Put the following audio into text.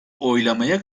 oylamaya